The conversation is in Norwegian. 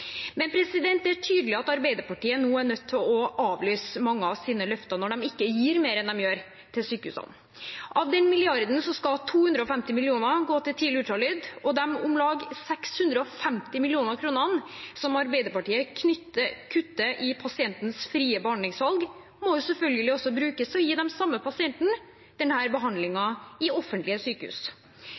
Men det er tydelig at Arbeiderpartiet nå er nødt til å avlyse mange av sine løfter når de ikke gir mer enn de gjør til sykehusene. Av den milliarden skal 250 millioner gå til tidlig ultralyd, og de om lag 650 millioner kronene som Arbeiderpartiet kutter i pasientens frie behandlingsvalg, må selvfølgelig brukes til å gi de samme pasientene denne behandlingen i offentlige sykehus.